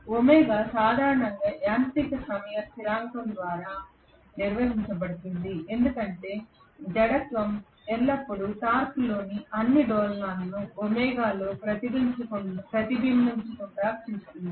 omega ω సాధారణంగా యాంత్రిక సమయ స్థిరాంకం ద్వారా నిర్వహించబడుతుంది ఎందుకంటే జడత్వం ఎల్లప్పుడూ టార్క్లోని అన్ని డోలనాలను ఒమేగాలో ప్రతిబింబించకుండా చూస్తుంది